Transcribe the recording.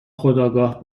خودآگاه